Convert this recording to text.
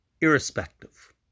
Irrespective